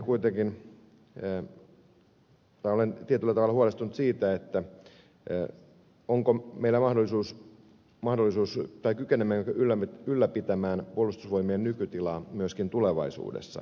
tietyllä tavalla olen huolestunut siitä että euro onko meillä mahdollisuus mahdollisuus että kykenemme kykenemmekö ylläpitämään puolustusvoimien nykytilaa myöskin tulevaisuudessa